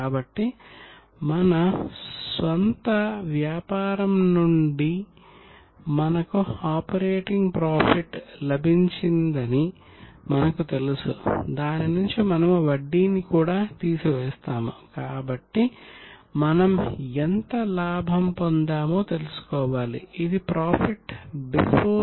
కాబట్టి మొత్తం టర్నోవర్